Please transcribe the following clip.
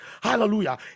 Hallelujah